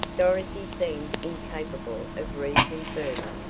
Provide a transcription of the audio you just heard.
dorothy seemed incapable of reasoning further.